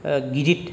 गिदिर